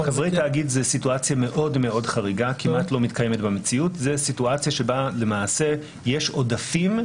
159ט1 עד 159ט2, 159יד1, 159יז1, 159יט עד 159כג